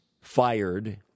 fired